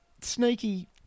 sneaky